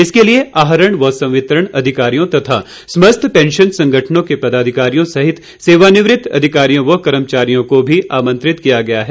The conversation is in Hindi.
इसके लिए आहरण व संवितरण अधिकारियों तथा समस्त पैंशन संगठनों के पदाधिकारियों सहित सेवानिवृत अधिकारियों व कर्मचारियों को आमंत्रित किया गया है